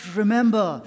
remember